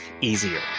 Easier